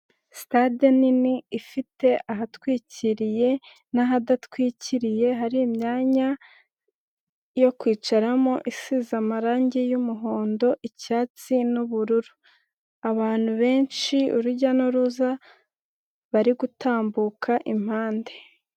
Sitade nini ifite ahatwikiriye n'ahadatwikiriye hari imyanya yo kwicaramo isize amarange y'umuhondo, icyatsi n'ubururu, abantu benshi urujya n'uruza bari gutambuka impande.